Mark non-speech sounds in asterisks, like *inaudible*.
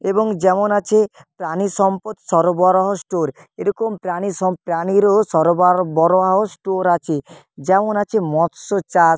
এবং যেমন আছে প্রাণী সম্পদ সরবরাহ স্টোর এরকম প্রাণী সম *unintelligible* প্রাণীরও সরবার *unintelligible* বরাহ স্টোর আছে যেমন আছে মৎস্য চাষ